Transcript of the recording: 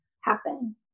happen